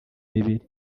mibiri